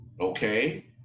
Okay